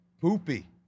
Poopy